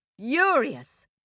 furious